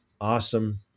Awesome